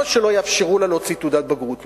למה שלא יאפשרו לה להוציא תעודת בגרות?